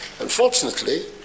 unfortunately